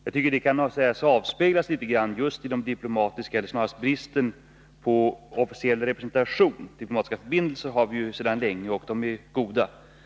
Jag tycker det kan sägas avspeglas litet grand just i bristen på officiell svensk representation i Khartoum — diplomatiska förbindelser har vi sedan länge, och de är goda.